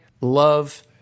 love